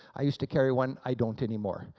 i used to carry one, i don't anymore.